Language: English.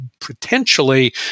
potentially